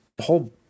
whole